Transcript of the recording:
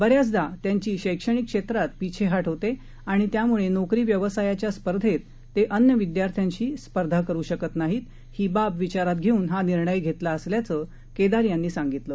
बऱ्याचदात्यांचीशैक्षणिकक्षेत्रातपिछेहाटहोतेआणित्यामुळेनोकरीव्यवसायाच्यास्पर्धेततेअ न्यविद्याथ्यांशीस्पर्धाकरुशकतनाहीत हीबाबविचारातघेऊनहानिर्णयघेतलाअसल्याचंकेदारयांनीसांगितलं